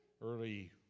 early